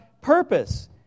purpose